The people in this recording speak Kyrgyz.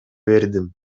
бердим